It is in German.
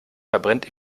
verbrennt